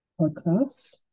podcast